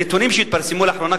נתונים שהתפרסמו לאחרונה,